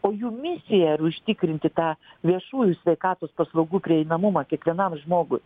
o jų misija yra užtikrinti tą viešųjų sveikatos paslaugų prieinamumą kiekvienam žmogui